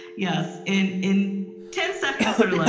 yes, in in ten seconds or less.